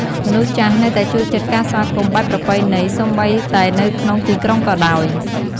មនុស្សចាស់នៅតែចូលចិត្តការស្វាគមន៍បែបប្រពៃណី សូម្បីតែនៅក្នុងទីក្រុងក៏ដោយ។